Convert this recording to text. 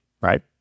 right